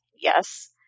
Yes